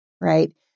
right